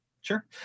Sure